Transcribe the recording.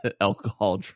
alcohol